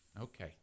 Okay